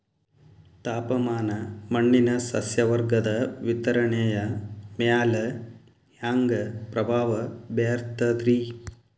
ತಾಪಮಾನ ಮಣ್ಣಿನ ಸಸ್ಯವರ್ಗದ ವಿತರಣೆಯ ಮ್ಯಾಲ ಹ್ಯಾಂಗ ಪ್ರಭಾವ ಬೇರ್ತದ್ರಿ?